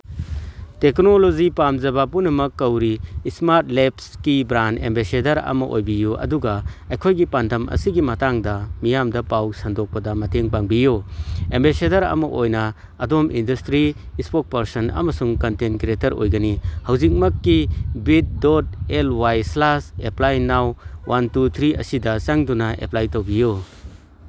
technology ꯄꯥꯝꯖꯕ ꯄꯨꯝꯅꯃꯛ ꯀꯧꯔꯤ ꯏꯁꯃꯥꯔꯠ ꯂꯦꯞꯁꯀꯤ ꯕ꯭ꯔꯥꯟ ꯑꯦꯝꯕꯦꯁꯦꯗꯔ ꯑꯃ ꯑꯣꯏꯕꯤꯌꯨ ꯑꯗꯨꯒ ꯑꯩꯈꯣꯏꯒꯤ ꯄꯥꯟꯗꯝ ꯑꯁꯤꯒꯤ ꯃꯇꯥꯡꯗ ꯃꯤꯌꯥꯝꯗ ꯄꯥꯎ ꯁꯟꯗꯣꯛꯄꯗ ꯃꯇꯦꯡ ꯄꯥꯡꯕꯤꯌꯨ ꯑꯦꯝꯕꯦꯁꯦꯗꯔ ꯑꯃ ꯑꯣꯏꯅ ꯑꯗꯣꯝ ꯏꯟꯗꯁꯇ꯭ꯔꯤ ꯏꯁꯄꯣꯛꯄꯔꯁꯟ ꯑꯃꯁꯨꯡ ꯀꯟꯇꯦꯟ ꯀ꯭ꯔꯦꯇꯔ ꯑꯣꯏꯒꯅꯤ ꯍꯧꯖꯤꯛꯃꯛꯀꯤ bit dot L Y slash apply now one two three ꯑꯁꯤꯗ ꯆꯪꯗꯨꯅ ꯑꯦꯄ꯭ꯂꯥꯏ ꯇꯧꯕꯤꯌꯨ